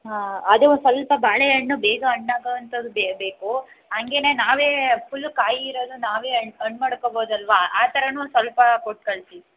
ಆಂ ಅದು ಒಂದು ಸ್ವಲ್ಪ ಬಾಳೆಹಣ್ಣು ಬೇಗ ಹಣ್ಣಾಗೋಂಥದ್ದು ಬೇಕು ಹಂಗೇನೆ ನಾವೇ ಫುಲ್ಲು ಕಾಯಿ ಇರೋದು ನಾವೇ ಹಣ್ ಹಣ್ ಮಾಡ್ಕೋಬೋದಲ್ಲವಾ ಆ ಥರನೂ ಒಂದು ಸ್ವಲ್ಪ ಕೊಟ್ಟು ಕಳಿಸಿ